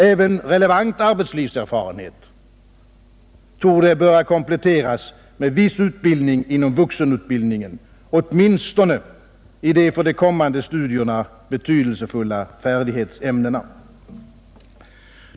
Även relevant arbetslivserfarenhet torde böra kompletteras med en viss utbildning inom vuxenutbildningen, åtminstone i de för de kommande studierna betydelsefulla färdighetsämnena.